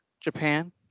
Japan